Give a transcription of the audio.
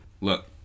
Look